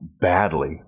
badly